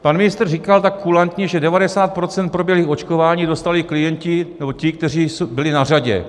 Pan ministr říkal tak kulantně, že 90 % proběhlých očkování dostali klienti nebo ti, kteří byli na řadě.